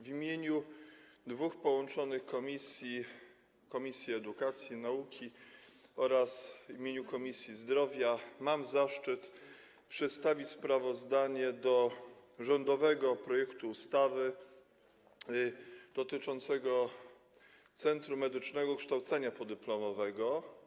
W imieniu dwóch połączonych komisji, Komisji Edukacji, Nauki i Młodzieży oraz Komisji Zdrowia mam zaszczyt przedstawić sprawozdanie odnośnie do rządowego projektu ustawy dotyczącego Centrum Medycznego Kształcenia Podyplomowego.